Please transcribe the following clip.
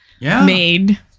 made